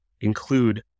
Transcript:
include